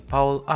Paul